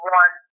one